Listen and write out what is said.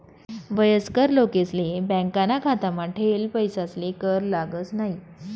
वयस्कर लोकेसले बॅकाना खातामा ठेयेल पैसासले कर लागस न्हयी